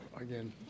again